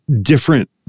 different